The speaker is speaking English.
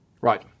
Right